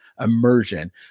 immersion